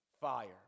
fire